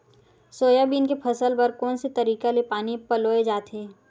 Soybean के फसल बर कोन से तरीका ले पानी पलोय जाथे?